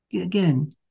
again